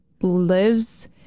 lives